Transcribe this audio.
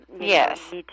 Yes